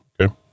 okay